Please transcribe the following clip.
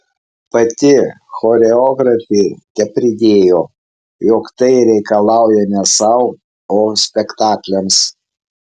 pati choreografė tepridėjo jog to reikalauja ne sau o spektakliams